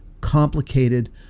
complicated